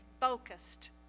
focused